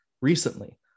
recently